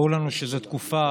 ברור לנו שזו תקופה